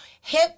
Hip